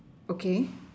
okay